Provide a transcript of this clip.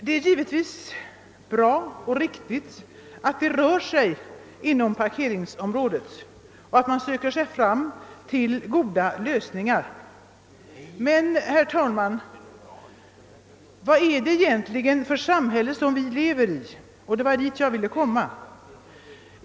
Det är givetvis bra att man söker sig fram till goda lösningar när det gäller parkeringsproblemen. Men, herr talman, vad är det egentligen för samhälle vi lever i?